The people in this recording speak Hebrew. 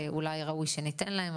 ואולי ראוי שניתן להם.